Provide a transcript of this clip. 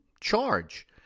charge